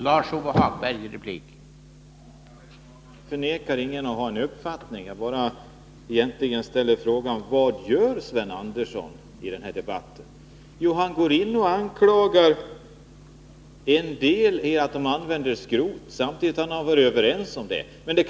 Herr talman! Jag vägrar ingen rätten att ha en uppfattning. Jag ställde bara frågan: Vad gör Sven Andersson i den här debatten? Jo, han går in och anklagar en del av stålindustrin för att man använder skrot, trots att han varit med om att fatta beslut om det.